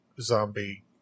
zombie